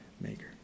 maker